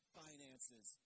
finances